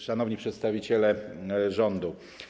Szanowni Przedstawiciele Rządu!